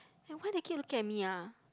eh why they keep looking at me ah